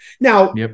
Now